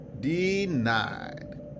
Denied